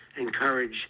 encourage